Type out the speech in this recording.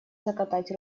закатать